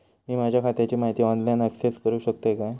मी माझ्या खात्याची माहिती ऑनलाईन अक्सेस करूक शकतय काय?